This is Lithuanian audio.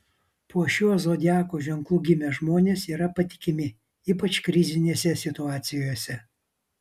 po šiuo zodiako ženklu gimę žmonės yra patikimi ypač krizinėse situacijose